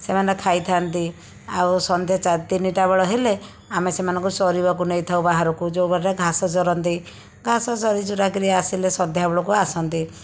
ସେମାନେ ଖାଇଥାଆନ୍ତି ଆଉ ସନ୍ଧ୍ୟା ତିନିଟାବେଳ ହେଲେ ଆମେ ସେମାନଙ୍କୁ ଚରିବାକୁ ନେଇଥାଉ ବାହାରକୁ ଯେଉଁ ଘରେ ଘାସ ଚରନ୍ତି ଘାସ ଚରି ଚୁରା କରି ଆସିଲେ ସନ୍ଧ୍ୟାବେଳକୁ ଆସନ୍ତି